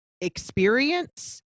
experience